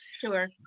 Sure